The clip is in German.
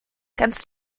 kannst